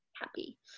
happy